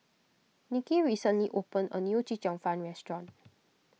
Nicky recently opened a new Chee Cheong Fun restaurant